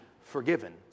forgiven